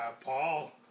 Paul